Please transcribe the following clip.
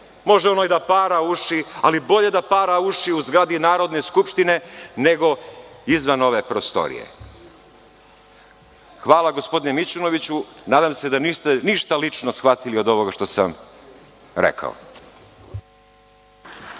Može ono i da para uši, ali bolje da para uši u zgradi Narodne skupštine, nego izvan ove prostorije. Hvala, gospodine Mićunoviću. Nadam se da niste ništa lično shvatili od ovoga što sam rekao.